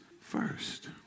first